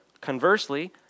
conversely